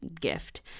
gift